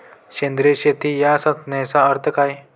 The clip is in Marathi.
सेंद्रिय शेती या संज्ञेचा अर्थ काय?